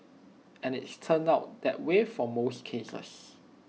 and it's turned out that way for most cases